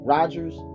Rodgers